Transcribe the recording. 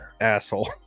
asshole